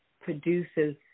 produces